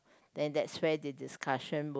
then that's where the discussion would